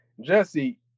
Jesse